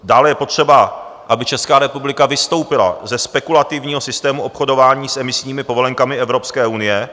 Dále je potřeba, aby Česká republika vystoupila ze spekulativního systému obchodování s emisními povolenkami Evropské unie.